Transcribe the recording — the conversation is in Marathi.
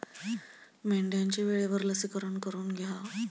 मेंढ्यांचे वेळेवर लसीकरण करून घ्या